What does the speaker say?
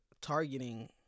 targeting